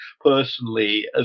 personally